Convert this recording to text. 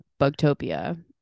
Bugtopia